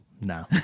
no